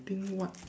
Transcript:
think what